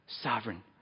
sovereign